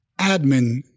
admin